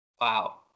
Wow